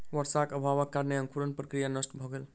वर्षाक अभावक कारणेँ अंकुरण प्रक्रिया नष्ट भ गेल